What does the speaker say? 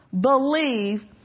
believe